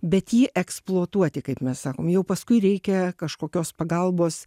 bet jį eksploatuoti kaip mes sakom jau paskui reikia kažkokios pagalbos